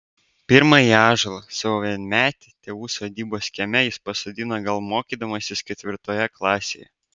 pirmąjį ąžuolą savo vienmetį tėvų sodybos kieme jis pasodino gal mokydamasis ketvirtoje klasėje